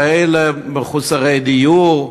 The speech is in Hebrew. כאלה שהם מחוסרי דיור,